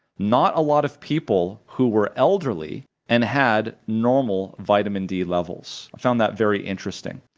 not a lot of people who were elderly and had normal vitamin d levels. i found that very interesting,